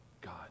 God